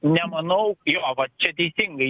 nemanau jo va čia teisingai